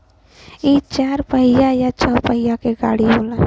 इ चार पहिया या छह पहिया के गाड़ी होला